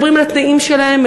מדברים על התנאים שלהם,